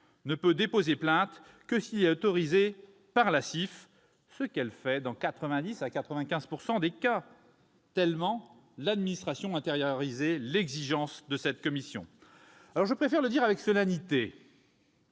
ne peut déposer plainte que si elle y est autorisée par la CIF, ce qu'elle fait dans 90 % à 95 % des cas tant l'administration a intériorisé l'exigence de cette commission. Je préfère le dire avec solennité